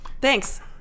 Thanks